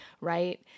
right